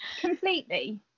completely